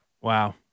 Wow